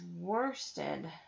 worsted